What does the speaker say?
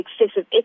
excessive